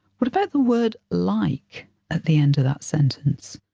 what about the word like at the end of that sentence?